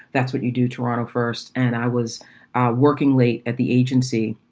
that's what you do. toronto first. and i was working late at the agency,